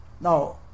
Now